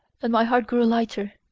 and my heart grew lighter,